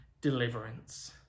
deliverance